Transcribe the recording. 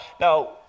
now